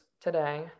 today